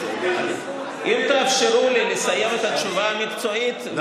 אם תאפשרו לי לסיים את התשובה המקצועית,